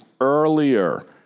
earlier